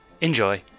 enjoy